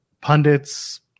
pundits